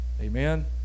Amen